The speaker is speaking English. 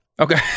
Okay